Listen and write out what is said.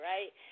Right